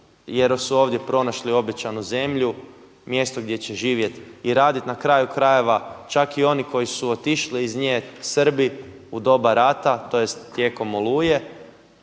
jer su ovdje pronašli obećanu zemlju, mjesto gdje će živjet i radit. Na kraju krajeva, čak i oni koji su otišli iz nje Srbi u doba rata, tj. tijekom Oluje